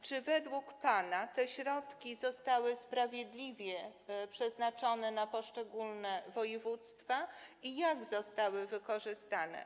Czy według pana te środki zostały sprawiedliwie przeznaczone na poszczególne województwa i jak one zostały wykorzystane?